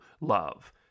love